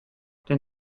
dein